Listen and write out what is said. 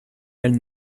elle